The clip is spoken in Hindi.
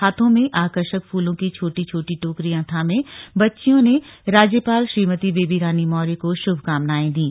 हाथों में आकर्षक फूलों की छोटी छोटी टोकरियां थामे बच्चियों ने राज्यपाल श्रीमती बेबी रानी मौर्य को शुभकामनाएं दीं